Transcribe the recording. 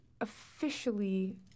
officially